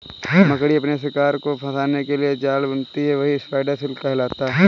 मकड़ी अपने शिकार को फंसाने के लिए जो जाल बुनती है वही स्पाइडर सिल्क कहलाता है